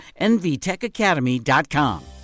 nvtechacademy.com